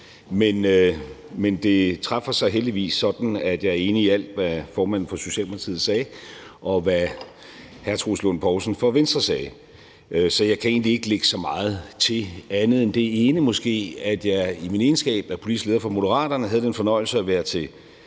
Men det træffer sig heldigvis sådan, at jeg er enig i alt, hvad formanden for Socialdemokratiet sagde, og hvad hr. Troels Lund Poulsen fra Venstre sagde. Så jeg kan egentlig ikke lægge så meget til andet end måske det ene, at jeg i min egenskab af politisk leder for Moderaterne havde den fornøjelse at være til